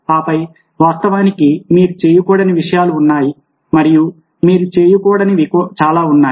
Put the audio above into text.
ఆపై వాస్తవానికి మీరు చేయకూడని విషయాలు ఉన్నాయి మరియు మీరు చేయకూడనివి చాలా ఉన్నాయి